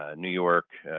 ah new york,